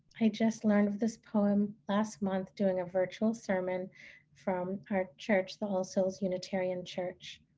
i just learned of this poem last month doing a virtual sermon from our church, the all souls unitarian church.